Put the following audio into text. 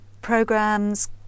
programs